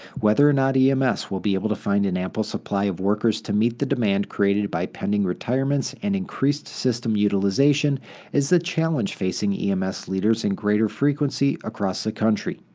whether or not yeah um ems will be able to find an ample supply of workers to meet the demand created by pending retirements and increased system utilization is the challenge facing ems leaders in greater frequency across the country.